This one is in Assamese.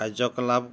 কাৰ্যকলাপ